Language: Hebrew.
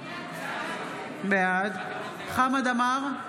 בעד חמד עמאר,